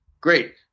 Great